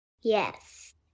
Yes